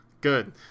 Good